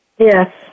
Yes